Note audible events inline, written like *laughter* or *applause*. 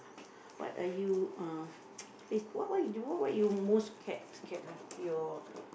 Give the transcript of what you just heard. what are you uh *noise* what is what what what are what you most most scared scared ah your